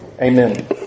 Amen